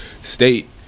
state